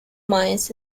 mines